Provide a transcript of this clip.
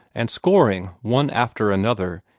and scoring, one after another,